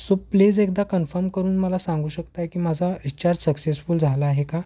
so please एकदा confirm करून मला सांगू शकतां की माझा रिचार्ज सक्सेसफुल झाला आहे का